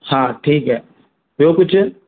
हा ठीकु आहे ॿियो कुझु